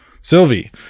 sylvie